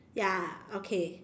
ya okay